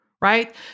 right